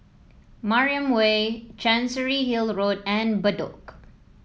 Mariam Way Chancery Hill Road and Bedok